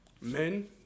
men